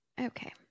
Okay